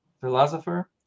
philosopher